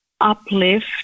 uplift